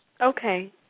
Okay